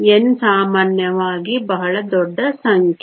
N ಸಾಮಾನ್ಯವಾಗಿ ಬಹಳ ದೊಡ್ಡ ಸಂಖ್ಯೆ